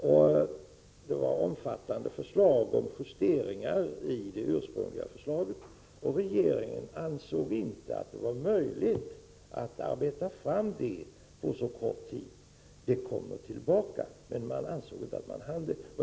Man hade omfattande förslag till justeringar i det ursprungliga förslaget. Regeringen ansåg inte att det var möjligt att arbeta fram det på så kort tid. Det kommer tillbaka, men man ansåg ändå att man inte hann.